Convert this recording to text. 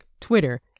Twitter